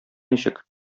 ничек